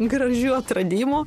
gražių atradimų